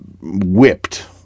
whipped